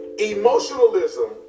emotionalism